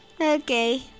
Okay